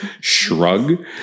shrug